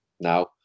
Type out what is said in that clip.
now